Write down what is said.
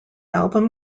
album